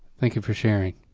thank you for sharing.